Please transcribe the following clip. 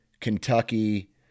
Kentucky